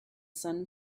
sun